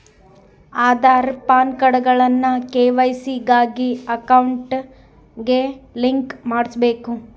ಆದಾರ್, ಪಾನ್ಕಾರ್ಡ್ಗುಳ್ನ ಕೆ.ವೈ.ಸಿ ಗಾಗಿ ಅಕೌಂಟ್ಗೆ ಲಿಂಕ್ ಮಾಡುಸ್ಬಕು